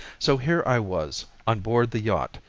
so here i was, on board the yacht,